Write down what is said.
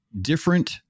different